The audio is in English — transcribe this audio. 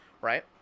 Right